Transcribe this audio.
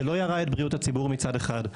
זה לא ירע את בריאות הציבור מצד אחד,